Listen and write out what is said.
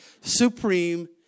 supreme